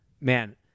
Man